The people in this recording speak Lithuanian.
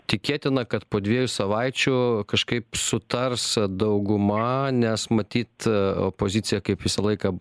tikėtina kad po dviejų savaičių kažkaip sutars dauguma nes matyt opozicija kaip visą laiką